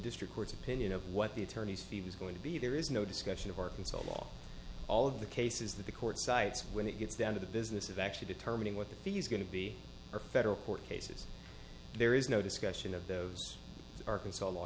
district court's opinion of what the attorney's fees is going to be there is no discussion of arkansas law all of the cases that the court cites when it gets down to the business of actually determining what the fees going to be are federal court cases there is no discussion of those arkansas law